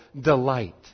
delight